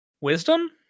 wisdom